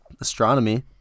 astronomy